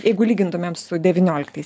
jeigu lygintumėm su devynioliktais